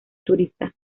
turista